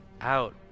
Out